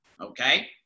Okay